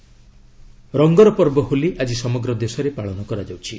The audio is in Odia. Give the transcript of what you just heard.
ହୋଲି ରଙ୍ଗର ପର୍ବ ହୋଲି ଆଜି ସମଗ୍ର ଦେଶରେ ପାଳନ କରାଯାଉଛି